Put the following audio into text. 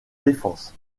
défense